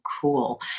cool